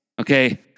Okay